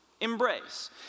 Embrace